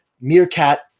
meerkat